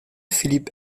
philippe